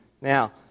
Now